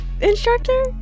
instructor